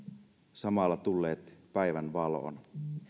samalla tulleet päivänvaloon